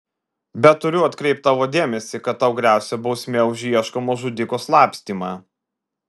bet turiu atkreipti tavo dėmesį kad tau gresia bausmė už ieškomo žudiko slapstymą